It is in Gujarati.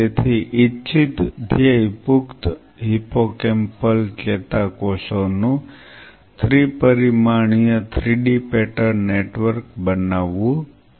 તેથી ઇચ્છિત ધ્યેય પુખ્ત હિપ્પોકેમ્પલ ચેતાકોષોનું 3 પરિમાણીય 3D પેટર્ન નેટવર્ક બનાવવું છે